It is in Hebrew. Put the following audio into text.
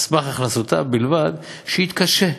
על סמך הכנסותיו בלבד, שיתקשה,